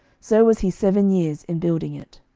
so was he seven years in building it.